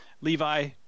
Levi